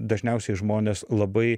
dažniausiai žmonės labai